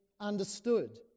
understood